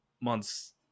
months